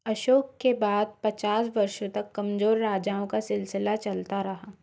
अशोक के बाद पचास वर्षों तक कमजोर राजाओं का सिलसिला चलता रहा